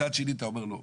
מצד שני, אתה אומר לא.